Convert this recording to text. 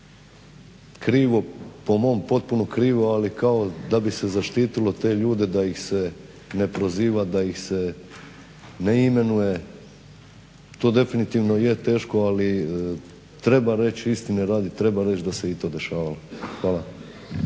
krivog po mom potpuno krivo, ali kao da bi se zaštitilo te ljude da ih se ne proziva, da ih se ne imenuje. To definitivno je teško ali treba reći istine radi, treba reći da se i to dešavalo. Hvala.